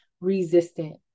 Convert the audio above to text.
resistant